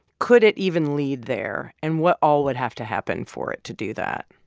could it even lead there? and what all would have to happen for it to do that?